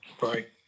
Right